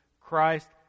Christ